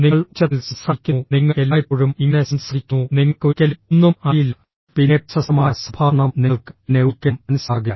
നിങ്ങൾ ഉച്ചത്തിൽ സംസാരിക്കുന്നു നിങ്ങൾ എല്ലായ്പ്പോഴും ഇങ്ങനെ സംസാരിക്കുന്നു നിങ്ങൾക്ക് ഒരിക്കലും ഒന്നും അറിയില്ല പിന്നെ പ്രശസ്തമായ സംഭാഷണം നിങ്ങൾക്ക് എന്നെ ഒരിക്കലും മനസ്സിലാകില്ല